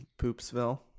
Poopsville